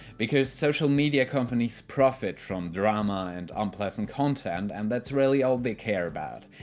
because social media companies profit from drama and unpleasant content and that's really all they care about.